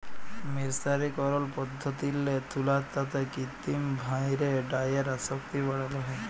মের্সারিকরল পদ্ধতিল্লে তুলার তাঁতে কিত্তিম ভাঁয়রে ডাইয়ের আসক্তি বাড়ালো হ্যয়